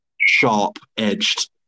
sharp-edged